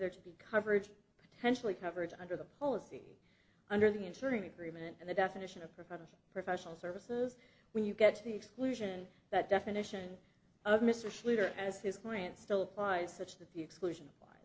there to be coverage potentially coverage under the policy under the interim agreement and the definition of profession professional services when you get to the exclusion that definition of mr slater has his client still applies such that the exclusion